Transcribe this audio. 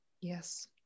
Yes